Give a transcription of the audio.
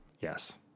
Yes